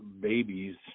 babies